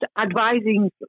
advising